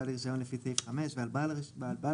לרישיון לפי סעיף 5 ועל בעל רישיון,